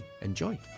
Enjoy